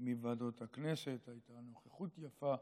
מוועדות הכנסת, שם הייתה נוכחות יפה,